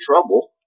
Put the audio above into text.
trouble